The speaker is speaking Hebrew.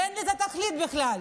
ואין לזה תכלית בכלל.